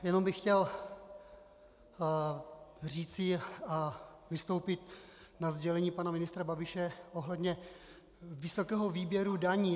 Jenom bych chtěl říci a vystoupit ke sdělení pana ministra Babiše ohledně vysokého výběru daní.